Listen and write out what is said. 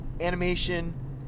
animation